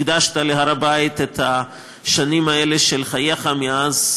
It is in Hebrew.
הקדשת להר-הבית את השנים האלה של חייך מאז,